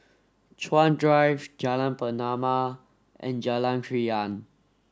Chuan Drive Jalan Pernama and Jalan Krian